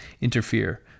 interfere